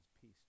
peace